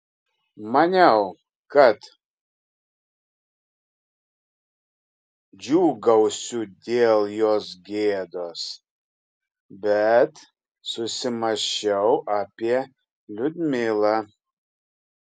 maniau kad džiūgausiu dėl jos gėdos bet susimąsčiau apie liudmilą